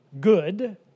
Good